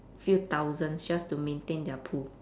few thousands just to maintain their pool